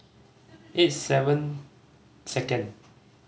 eight seven second